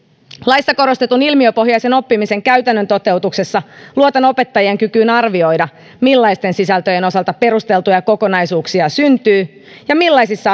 laissa korostetun ilmiöpohjaisen oppimisen käytännön toteutuksessa luotan opettajien kykyyn arvioida millaisten sisältöjen osalta perusteltuja kokonaisuuksia syntyy ja millaisissa